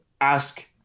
ask